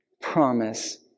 promise